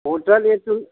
hotel ए तुम